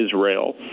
Israel